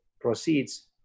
proceeds